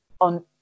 on